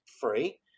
free